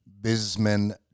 businessmen